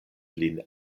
lin